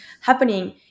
happening